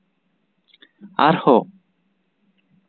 ᱟᱨᱦᱚᱸ